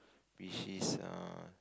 which is err